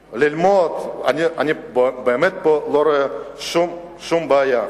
ללמוד, אני באמת לא רואה פה שום בעיה.